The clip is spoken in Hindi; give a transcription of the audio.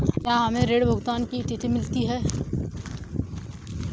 क्या हमें ऋण भुगतान की तिथि मिलती है?